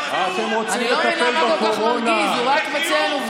אתה שיקרת לא רק לבוחרים שלך, לכל מי שפה.